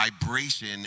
vibration